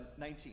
19